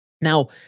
Now